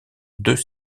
deux